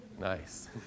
Nice